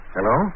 Hello